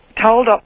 told